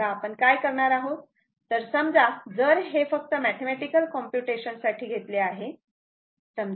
तेव्हा आपण काय करणार आहोत तर समजा जर हे फक्त मॅथेमॅटिकल कॉम्प्युटेशन साठी घेतले आहे